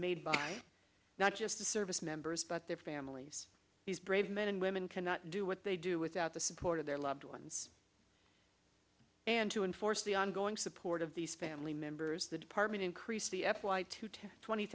made by not just the service members but their families these brave men and women cannot do what they do without the support of their loved ones and to enforce the ongoing support of these family members the department increased the f y two to twenty